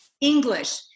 English